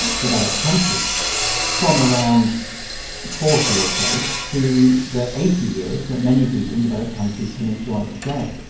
developed countries from around forty or so to the eighty years that many people in developed countries can enjoy today